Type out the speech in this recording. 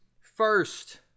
first